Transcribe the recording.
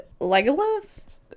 Legolas